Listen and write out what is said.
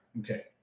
Okay